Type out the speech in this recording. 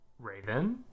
Raven